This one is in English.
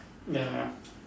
ya